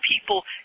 people